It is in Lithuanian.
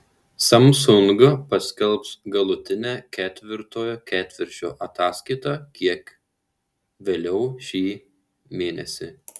samsung paskelbs galutinę ketvirtojo ketvirčio ataskaitą kiek vėliau šį mėnesį